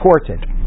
important